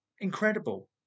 incredible